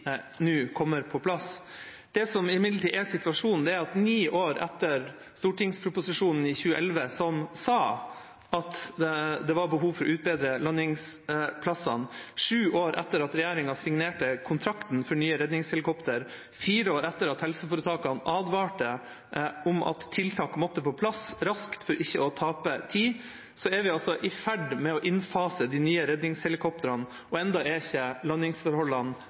nå kommer på plass. Det som imidlertid er situasjonen, er at ni år etter stortingsproposisjonen i 2011 som sa at det var behov for å utbedre landingsplassene, sju år etter at regjeringa signerte kontrakten for nye redningshelikoptre, fire år etter at helseforetakene advarte om at tiltak måtte på plass raskt for ikke å tape tid, er vi altså i ferd med å innfase de nye redningshelikoptrene, og ennå er ikke landingsforholdene